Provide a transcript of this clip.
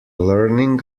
learning